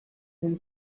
and